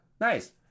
nice